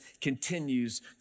continues